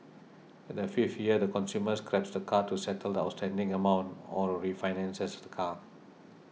at the fifth year the consumer scraps the car to settle the outstanding amount or refinances the car